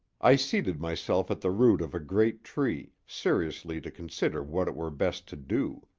i seated myself at the root of a great tree, seriously to consider what it were best to do.